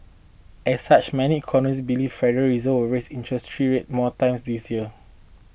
as such many economists believe Federal Reserve will raise interest three rates more times this year